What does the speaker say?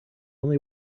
only